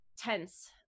tense